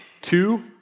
two